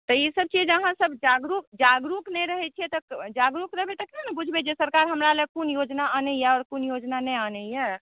तऽ ई सभकेॅं अहाँ सभ जागरुक नहि रहै छियै जगरुक रहबै तखन ने बुझबै जे सरकार हमरा लए कोन योजना आनैया आओर कोन योजना नहि आनैया